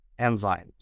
enzymes